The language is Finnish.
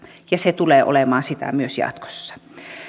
ja se tulee olemaan sitä myös jatkossa